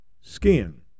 skin